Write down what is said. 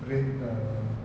rate uh